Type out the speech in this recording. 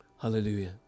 Hallelujah